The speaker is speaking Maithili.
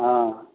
हँ